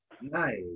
Nice